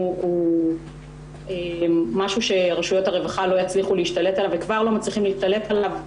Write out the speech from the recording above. הוא משהו שרשויות הרווחה לא יצליחו להשתלט עליו,